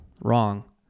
wrong